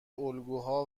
الگوها